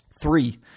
three